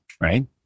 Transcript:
right